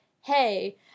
hey